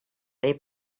they